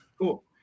cool